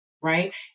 right